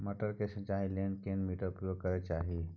मटर के सिंचाई के लिये केना मोटर उपयोग करबा के चाही?